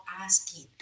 asking